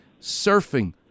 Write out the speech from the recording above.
surfing